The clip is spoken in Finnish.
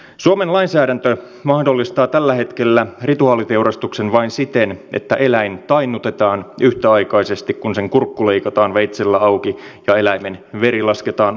suomen lainsäädäntö mahdollistaa tällä hetkellä rituaaliteurastuksen vain siten että eläin tainnutetaan yhtäaikaisesti kun sen kurkku leikataan veitsellä auki ja eläimen veri lasketaan ulos